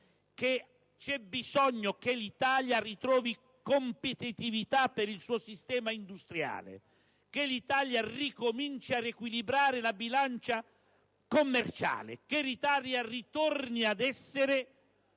c'è bisogno che l'Italia ritrovi competitività per il suo sistema industriale, che l'Italia ricominci a riequilibrare la bilancia commerciale, che l'Italia torni ad essere